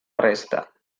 resta